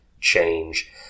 change